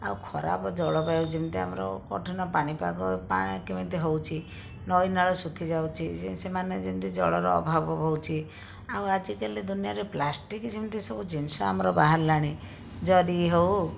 ଆଉ ଖରାପ ଜଳବାୟୁ ଯେମିତି ଆମର କଠିନ ପାଣିପାଗ ପାଣି କେମିତି ହେଉଛି ନଈନାଳ ଶୁଖିଯାଉଛି ସେମାନେ ଯେମିତି ଜଳର ଅଭାବ ହେଉଛି ଆଉ ଆଜିକାଲି ଦୁନିଆରେ ପ୍ଲାଷ୍ଟିକ୍ ଯେମିତି ସବୁ ଜିନିଷ ଆମର ବାହାରିଲାଣି ଜରି ହେଉ